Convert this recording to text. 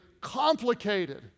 complicated